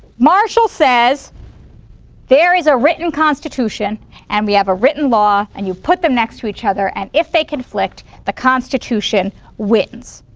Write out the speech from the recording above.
marshall says there is a written constitution and we have a written law and you put them next to each other and if they conflict the constitution wins.